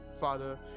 Father